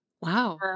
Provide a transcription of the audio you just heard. Wow